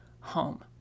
home